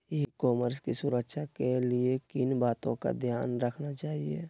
E commerce की सुरक्षा के लिए किन बातों का ध्यान रखना चाहिए?